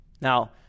Now